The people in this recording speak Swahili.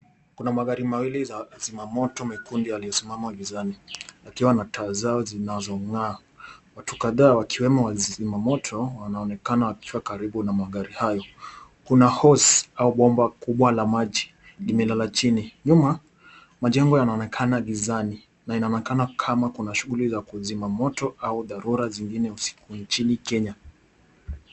Kuna magari mawili za zimamoto mekundu yaliyosimama gizani, yakiwa na taa zao zinazong'aa. Watu kadhaa wakiwemo wa zimamoto wanaonekana wakiwa karibu na magari hayo. Kuna hose au bomba kubwa la maji, limelala chini. Nyuma, majengo yanaonekana gizani, na inaonekana kama kuna shughuli za kuzimamoto au dharura zingine usiku nchini Kenya.